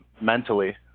mentally